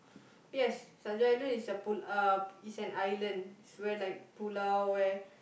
yes Saint-John-Island is a pulau uh is an island is where like pulau where